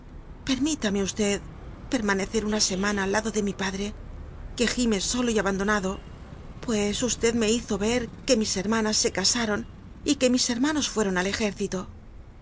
clias pcrmílame v permanrccr una emana al lado ele mi palrc cruc gime solo y abandonado pues y me hizo er que mis hermanas se ca aron r que mis hermanos fuéron al cjúrcilo